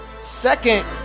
second